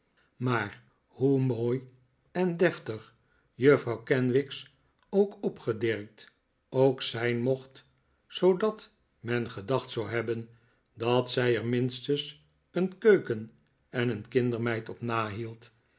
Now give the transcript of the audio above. maar hoe mooi en deftig juffrouw kenwigs zoo opgedirkt ook zijn mocht zoodat men gedacht zou hebben dat zij er minstens een keuken en een kindermeid op nahield